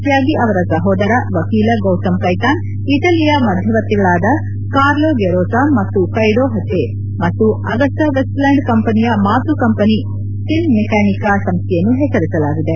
ತ್ನಾಗಿ ಅವರ ಸಹೋದರ ವಕೀಲ ಗೌತಮ್ ಕೈತಾನ್ ಇಟಲಿಯ ಮಧ್ಯವರ್ತಿಗಳಾದ ಕಾರ್ಲೋ ಗೆರೋಸಾ ಮತ್ತು ಗೈಡೋ ಹಜೆ ಮತ್ತು ಅಗುಸ್ಟಾ ವೆಸ್ಟ್ ಲ್ಯಾಂಡ್ ಕಂಪನಿಯ ಮಾತೃ ಕಂಪನಿ ಫಿನ್ಮೆಕಾನಿಕಾ ಸಂಸ್ಥೆಯನ್ನು ಹೆಸರಿಸಲಾಗಿದೆ